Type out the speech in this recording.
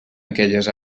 aquelles